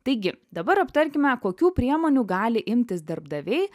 taigi dabar aptarkime kokių priemonių gali imtis darbdaviai